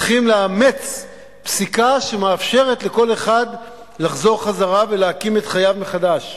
צריכים לאמץ פסיקה שמאפשרת לכל אחד לחזור חזרה ולהקים את חייו מחדש.